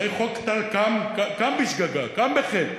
הרי חוק טל קם בשגגה, קם בחטא.